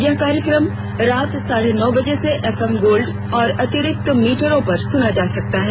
यह कार्यक्रम रात साढे नौ बजे से एफएम गोल्ड और अतिरिक्त मीटरों पर सुना जा सकता है